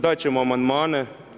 Dat ćemo amandmane.